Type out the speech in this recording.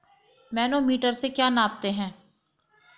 Manometer से क्या नापते हैं?